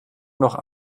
noch